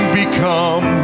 become